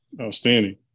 outstanding